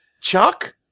Chuck